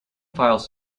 files